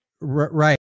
right